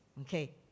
Okay